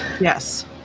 Yes